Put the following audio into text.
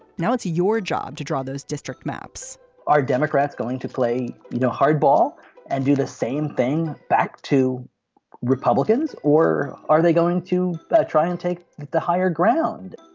now it's your job to draw those district maps are democrats going to play you know hardball and do the same thing back to republicans. or are they going to try and take the higher ground